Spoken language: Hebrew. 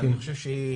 אני חושב שהיא